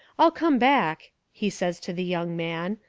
i'll come back, he says to the young man,